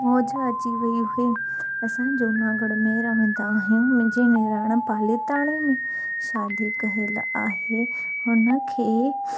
मौज अची वई हुई असां जूनागढ़ में रहंदा आहियूं मुंहिंजे निणानु पालीताणा में शादी कयल आहे हुनखे